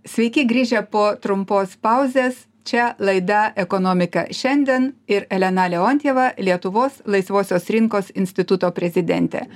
sveiki grįžę po trumpos pauzės čia laida ekonomika šiandien ir elena leontjeva lietuvos laisvosios rinkos instituto prezidentė